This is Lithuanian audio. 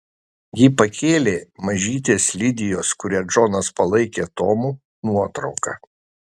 ji pakėlė mažytės lidijos kurią džonas palaikė tomu nuotrauką